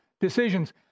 decisions